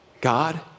God